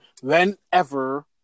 whenever